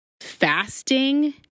Fasting